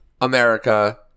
America